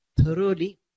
thoroughly